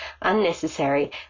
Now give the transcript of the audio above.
unnecessary